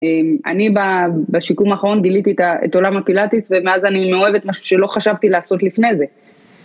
אני בשיקום האחרון גיליתי את עולם הפילאטיס ומאז אני מאוהבת משהו שלא חשבתי לעשות לפני זה.